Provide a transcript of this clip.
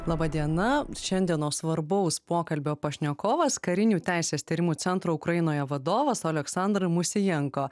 laba diena šiandienos svarbaus pokalbio pašnekovas karinių teisės tyrimų centro ukrainoje vadovas oleksandr musijenko